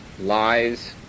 lies